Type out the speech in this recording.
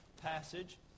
passage